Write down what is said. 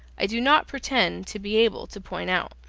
i do not pretend to be able to point out.